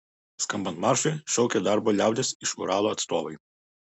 skambant maršui šaukė darbo liaudies iš uralo atstovai